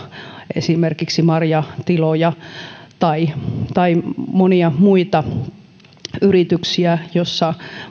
poikkeuslupien kautta esimerkiksi marjatiloja tai tai monia muita yrityksiä joissa